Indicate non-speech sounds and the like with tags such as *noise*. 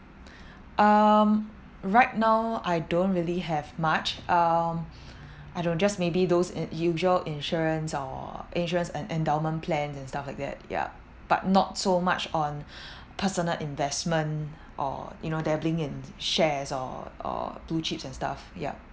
um right now I don't really have much um *breath* I do~ just maybe those in~ usual insurance or interest and endowment plans and stuff like that yeah but not so much on *breath* personal investment or you know dabbling in shares or or blue chips and stuff yeah